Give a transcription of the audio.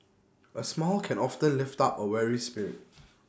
A small can often lift up A weary spirit